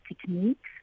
techniques